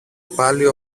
πάλι